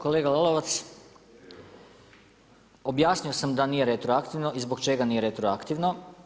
Kolega Lalovac, objasnio sam da nije retroaktivno i zbog čega nije retroaktivno.